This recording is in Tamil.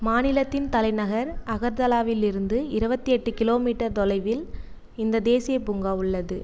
மாநிலத்தின் தலைநகர் அகர்தலாவிலிருந்து இருவத்தி எட்டு கிலோமீட்டர் தொலைவில் இந்தத் தேசியப் பூங்கா உள்ளது